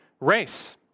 race